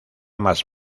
más